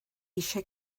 eisiau